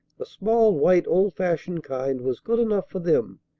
a small white, old-fashioned kind was good enough for them.